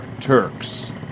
Turks